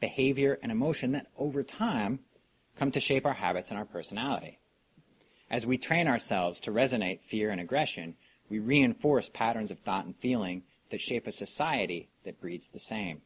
behavior and emotion that over time come to shape our habits and our personality as we train ourselves to resonate fear and aggression we reinforce patterns of thought and feeling that shape a society that breeds the same